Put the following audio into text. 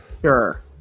Sure